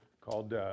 called